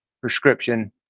prescription